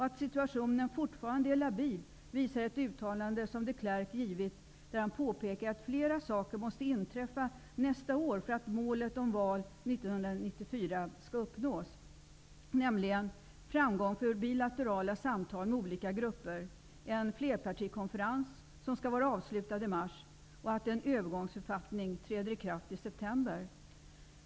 Att situationen fortfarande är labil visar ett uttalande som de Klerk har gjort, där han påpekar att flera saker måste inträffa nästa år för att målet om val 1994 skall uppnås, nämligen framgång för bilaterala samtal med olika grupper, en flerpartikonferens som skall vara avslutad i mars och att en övergångsförfattning träder i kraft i september.